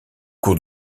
cours